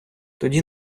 тоді